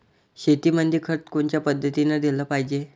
शेतीमंदी खत कोनच्या पद्धतीने देलं पाहिजे?